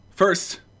First